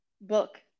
book